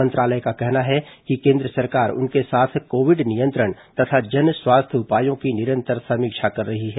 मंत्रालय का कहना है कि केन्द्र सरकार उनके साथ कोविड नियंत्रण तथा जन स्वास्थ्य उपायों की निरंतर समीक्षा कर रही है